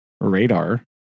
radar